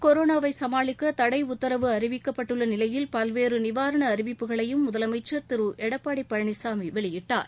கொரோனாவை சமாளிக்க தடை உத்தரவு அறிவிக்கப்பட்டுள்ள நிலையில் பல்வேறு நிவாரண அறிவிப்புகளையும் முதலமைச்சர் திரு எடப்பாடி பழனிசாமி வெளியிட்டார்